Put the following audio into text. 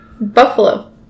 Buffalo